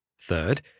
Third